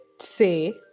say